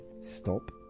stop